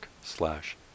slash